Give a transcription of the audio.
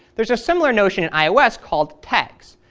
there's a similar notion in ios called tags.